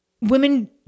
Women